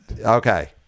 okay